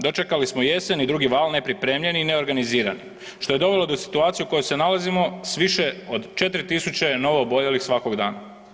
Dočekali smo jesen i drugi val nepripremljeni i neorganizirani što je dovelo do situacije u kojoj se nalazimo s više od 4.000 je novooboljelih svakog dana.